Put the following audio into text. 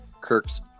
Kirk's